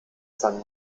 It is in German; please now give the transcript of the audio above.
san